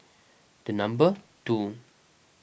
the number two